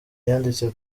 yanditse